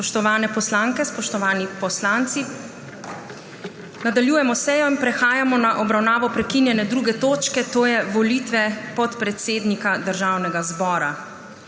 Spoštovane poslanke, spoštovani poslanci! Nadaljujemo sejo. Prehajamo na obravnavo prekinjene 2. točke, to je na volitve podpredsednika Državnega zbora.